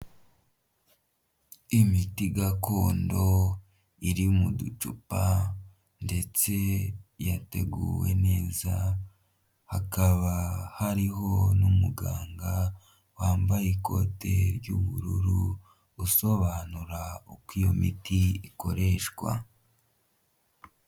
Imiti gakondo iri mu ducuupa ndetse yateguwe neza hakaba hariho n'umuganga wambaye ikote ry'ubururu usobanura uko iyo miti ikoreshwa.